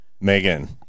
Megan